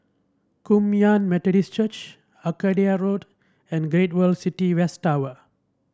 Kum Yan Methodist Church Arcadia Road and Great World City West Tower